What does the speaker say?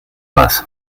was